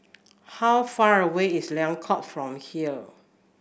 how far away is Liang Court from here